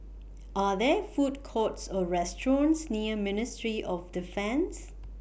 Are There Food Courts Or restaurants near Ministry of Defence